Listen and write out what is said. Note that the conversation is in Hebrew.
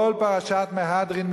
כל פרשת "מהדרין",